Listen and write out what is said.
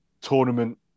tournament